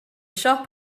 shop